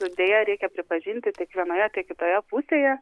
deja reikia pripažinti tiek vienoje tiek kitoje pusėje